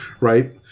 right